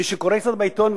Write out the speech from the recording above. מי שקורה קצת בעיתון,